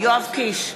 יואב קיש,